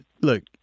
look